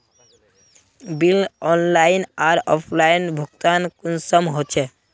Bill online or offline भुगतान कुंसम होचे?